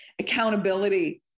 Accountability